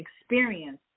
experience